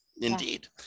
indeed